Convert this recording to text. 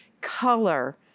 color